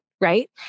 right